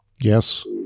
Yes